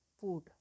food